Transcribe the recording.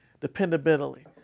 dependability